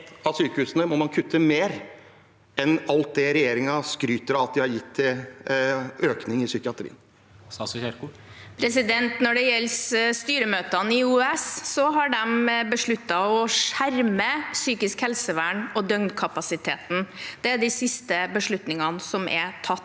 av sykehusene kutte mer enn alt det regjeringen skryter av at de har gitt i økning til psykiatrien. Statsråd Ingvild Kjerkol Når det gjelder styremøtene i OUS, har de besluttet å skjerme psykisk helsevern og døgnkapasiteten. Det er de siste beslutningene som er tatt